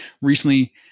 recently